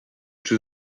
czy